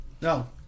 no